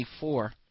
24